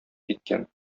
киткән